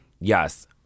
Yes